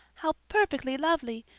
how perfectly lovely!